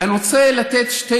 אני רוצה לתת שתי